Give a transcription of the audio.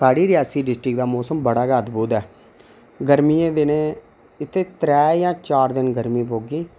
साढ़ी रियासी डिस्टिक दा मौसम बड़ा गै अदभुत ऐ गर्मियें दे दिनें इत्थै त्रै जां चार दिन गर्मी पौंदी